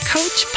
Coach